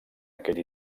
aquell